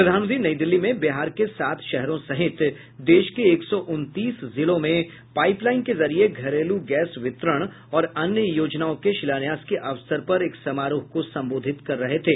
प्रधानमंत्री नई दिल्ली में बिहार के सात शहरों सहित देश के एक सौ उनतीस जिलों में पाईप लाईन के जरिये घरेलू गैस वितरण और अन्य योजनाओं के शिलान्यास के अवसर पर एक समारोह को संबोधित कर रहे थे